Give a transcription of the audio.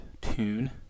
tune